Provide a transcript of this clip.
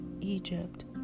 Egypt